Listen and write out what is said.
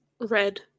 Red